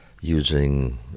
using